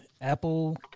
Apple